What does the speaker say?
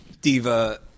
diva